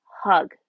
hug